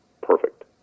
perfect